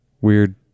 weird